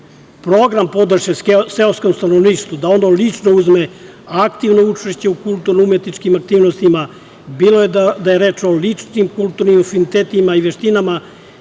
Srbiji. Program podrške seoskom stanovništvu da ono lično uzme aktivno učešće u kulturno-umetničkim aktivnostima, bilo da je reč o ličnim kulturnim afinitetima i veštinama,